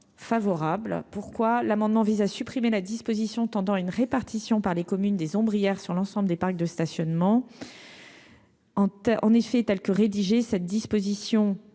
favorable, pourquoi l'amendement vise à supprimer la disposition tendant à une répartition par les communes des ombres hier sur l'ensemble des parcs de stationnement en tête, en effet, telle que rédigée cette disposition qui